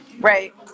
Right